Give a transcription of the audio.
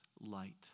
light